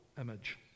image